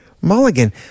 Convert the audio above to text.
Mulligan